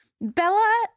Bella